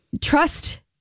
trust